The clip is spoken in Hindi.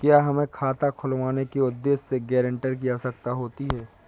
क्या हमें खाता खुलवाने के उद्देश्य से गैरेंटर की आवश्यकता होती है?